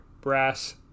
brass